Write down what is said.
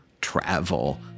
travel